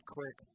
quick